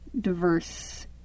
diverse